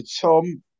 Tom